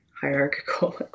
hierarchical